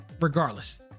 regardless